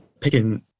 picking